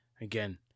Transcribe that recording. again